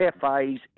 cafes